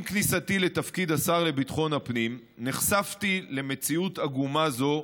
עם כניסתי לתפקיד השר לביטחון הפנים נחשפתי למציאות עגומה זו,